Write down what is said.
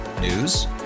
News